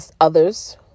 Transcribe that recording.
Others